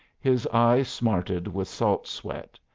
his eyes smarted with salt sweat,